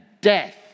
death